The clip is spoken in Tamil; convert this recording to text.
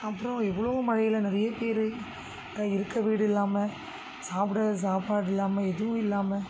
அப்புறம் எவ்வளோ மழையில் நிறைய பேர் இருக்க வீடு இல்லாமல் சாப்பிட சாப்பாடு இல்லாமல் எதுவும் இல்லாமல்